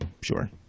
sure